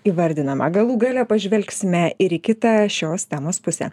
įvardinama galų gale pažvelgsime ir į kitą šios temos pusę